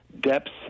depths